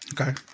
Okay